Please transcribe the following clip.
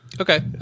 Okay